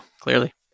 clearly